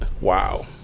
Wow